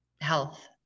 Health